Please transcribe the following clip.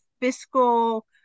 Fiscal